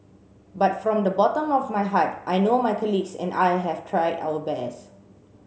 but from the bottom of my heart I know my colleagues and I have tried our best